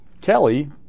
Kelly